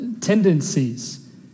tendencies